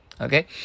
Okay